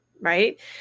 Right